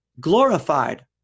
glorified